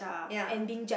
ya